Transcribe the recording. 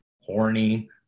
horny